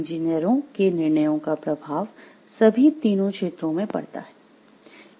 इंजीनियरों के निर्णयों का प्रभाव सभी तीनों क्षेत्रों में पड़ता है